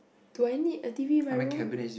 do I need a T_V in my room